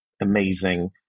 amazing